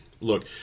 look